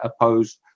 opposed